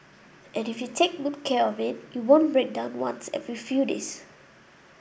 and if you take good care of it it won't break down once every few days